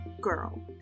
girl